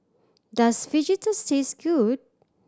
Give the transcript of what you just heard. does Fajitas taste good